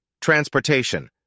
Transportation